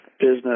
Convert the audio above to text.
business